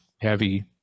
heavy